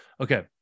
Okay